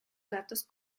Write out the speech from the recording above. gatos